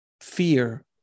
fear